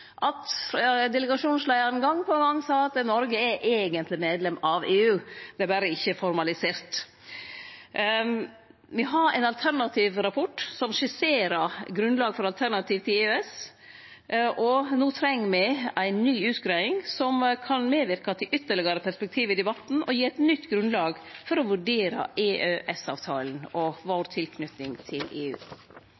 gong på gong seie at Noreg er eigentleg medlem av EU, det er berre ikkje formalisert. Me har ein alternativ rapport som skisserer grunnlag for alternativ til EØS. No treng me ei ny utgreiing, som kan medverke til ytterlegare perspektiv i debatten, og gi eit nytt grunnlag for å vurdere EØS-avtalen og tilknytinga vår